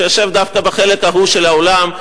שיושב דווקא בחלק ההוא של האולם,